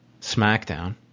SmackDown